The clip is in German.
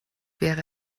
wäre